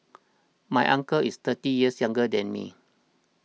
my uncle is thirty years younger than me